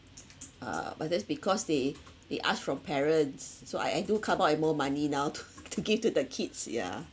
uh but that's because they they ask from parents so I I do come up with more money now to to give to the kids yeah